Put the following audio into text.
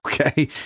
Okay